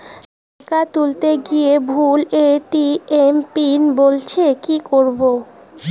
টাকা তুলতে গিয়ে ভুল এ.টি.এম পিন বলছে কি করবো?